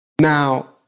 Now